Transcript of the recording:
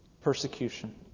persecution